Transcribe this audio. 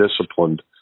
disciplined